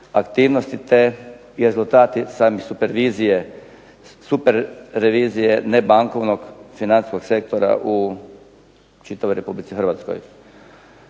aktivnosti te i rezultati …/Ne razumije se./…, super revizije nebankovnog financijskog sektora u čitavoj Republici Hrvatskoj.